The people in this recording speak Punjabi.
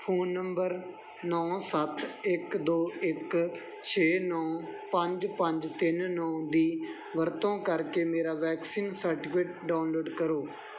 ਫ਼ੋਨ ਨੰਬਰ ਨੌਂ ਸੱਤ ਇੱਤ ਦੋ ਇੱਕ ਛੇ ਨੌਂ ਪੰਜ ਪੰਜ ਤਿੰਨ ਨੌਂ ਦੀ ਵਰਤੋਂ ਕਰਕੇ ਮੇਰਾ ਵੈਕਸੀਨ ਸਰਟੀਫਿਕੇਟ ਡਾਊਨਲੋਡ ਕਰੋ